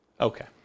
Okay